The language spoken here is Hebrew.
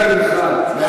לו,